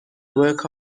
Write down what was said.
work